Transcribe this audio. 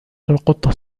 القطة